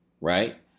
right